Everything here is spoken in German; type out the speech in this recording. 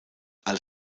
als